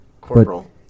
corporal